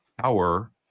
power